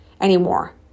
anymore